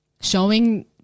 showing –